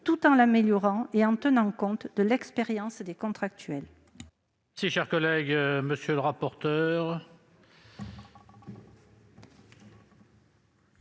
tout en l'améliorant, et qui tienne compte de l'expérience de ces contractuels.